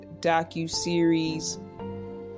docuseries